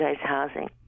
housing